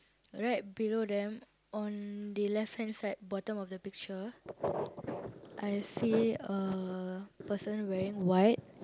right below them on the left-hand side bottom of the picture I see a person wearing white